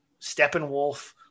Steppenwolf